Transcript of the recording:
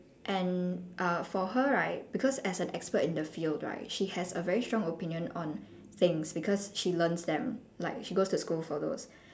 and uh for her right because as an expert in the field right she has a very strong opinion on things because she learns them like she goes to school for those